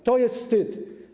To jest wstyd.